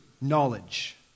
knowledge